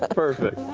ah perfect.